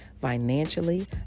financially